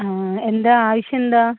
ആ എന്താ ആവശ്യം എന്താ